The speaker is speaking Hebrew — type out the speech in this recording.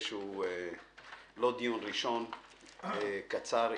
שהוא לא ראשון - קצר,